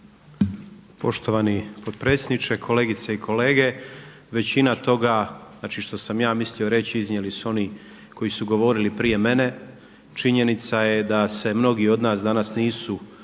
Poštovani potpredsjedniče, kolegice i kolege većina toga znači što sam ja mislio reći iznijeli su oni koji su govorili prije mene. Činjenica je da se mnogi od nas danas nisu